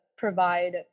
provide